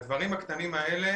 הדברים הקטנים האלה